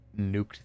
nuked